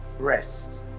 rest